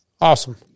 awesome